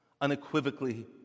unequivocally